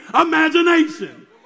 imagination